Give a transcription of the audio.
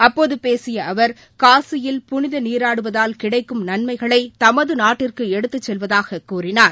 அப்போது பேசிய அவர் காசியில் புனித நீராடுவதால் கிடைக்கும் நன்மைகளை தமது நாட்டிற்கு எடுத்துச் செல்வதாகக் கூறினார்